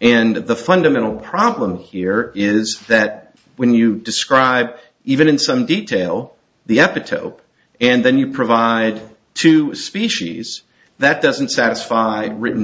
and the fundamental problem here is that when you describe even in some detail the epitope and then you provide two species that doesn't satisfy written